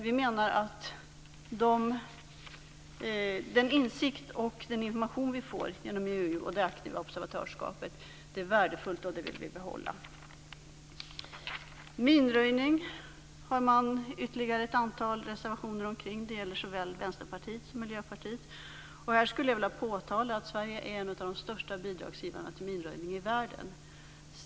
Vi menar att den insikt och den information Sverige får genom det aktiva observatörskapet i VEU är värdefullt och skall behållas. Det finns ett antal reservationer om minröjning. Det gäller såväl Vänsterpartiet som Miljöpartiet. Här vill jag påtala att Sverige är en av de största bidragsgivarna till minröjning i världen.